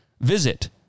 Visit